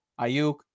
Ayuk